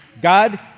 God